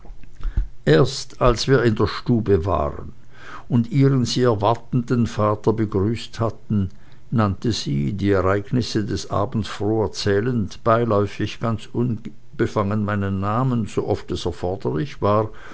erst als wir in der stube waren und ihren sie erwartenden vater begrüßt hatten nannte sie die ereignisse des abends froh erzählend beiläufig ganz unbefangen meinen namen sooft es erforderlich war